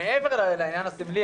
שמעבר לעניין הסמלי,